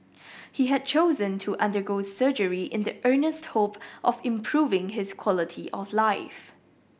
he had chosen to undergo surgery in the earnest hope of improving his quality of life